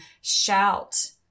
shout